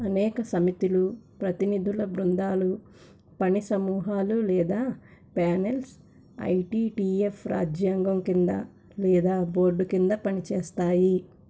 అనేక సమితిలు ప్రతినిధుల బృందాలు పని సమూహాలు లేదా ప్యానెల్స్ ఐటిటిఎఫ్ రాజ్యాంగం కింద లేదా బోర్డు కింద పనిచేస్తాయి